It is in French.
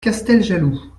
casteljaloux